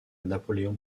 napoléon